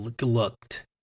looked